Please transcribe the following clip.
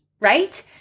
right